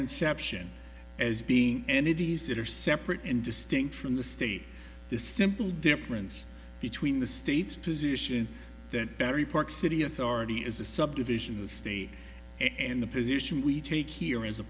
inception as being and it is that are separate and distinct from the state the simple difference between the state's position that battery park city authority is a subdivision of the state and the position we take here as a